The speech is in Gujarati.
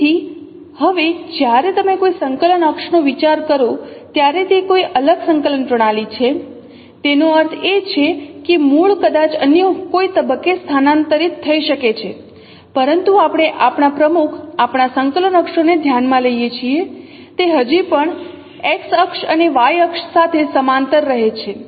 તેથી હવે જ્યારે તમે કોઈ સંકલન અક્ષનો વિચાર કરો ત્યારે તે કોઈ અલગ સંકલન પ્રણાલી છે તેનો અર્થ એ છે કે મૂળ કદાચ અન્ય કોઈ તબક્કે સ્થાનાંતરિત થઈ શકે છે પરંતુ આપણે આપણા પ્રમુખ આપણા સંકલન અક્ષોને ધ્યાનમાં લઈએ છીએ તે હજી પણ X અક્ષ અને Y અક્ષ સાથે સમાંતર રહે છે